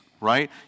right